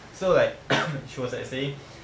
so like she was like saying